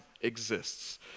exists